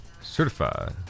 Certified